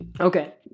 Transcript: Okay